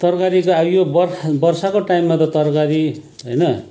तरकारीको यो बर्खा वर्षाको टाइममा त तरकारी होइन